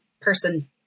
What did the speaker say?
person